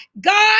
God